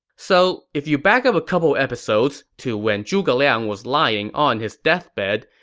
so, if you back up a couple episodes to when zhuge liang was lying on his deathbed,